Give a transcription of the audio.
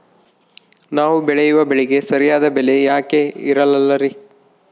ನಾವು ಬೆಳೆಯುವ ಬೆಳೆಗೆ ಸರಿಯಾದ ಬೆಲೆ ಯಾಕೆ ಇರಲ್ಲಾರಿ?